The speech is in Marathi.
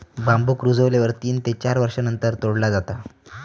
बांबुक रुजल्यावर तीन ते चार वर्षांनंतर तोडला जाता